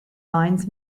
lines